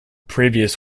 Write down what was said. previous